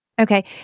okay